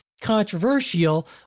controversial